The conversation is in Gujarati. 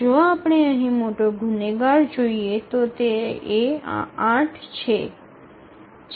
જો આપણે અહીં મોટો ગુનેગાર જોઈ શકીએ તો તે આ ૮ છે